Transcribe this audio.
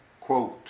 quote